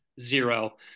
zero